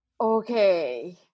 okay